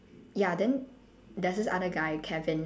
ya then there's this other guy kevin